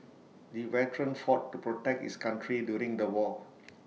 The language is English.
the veteran fought to protect his country during the war